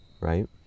right